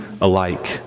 alike